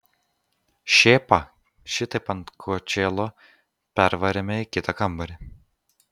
šėpą šitaip ant kočėlo pervarėme į kitą kambarį